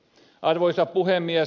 arvoisa puhemies